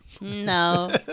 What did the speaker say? No